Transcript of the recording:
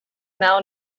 now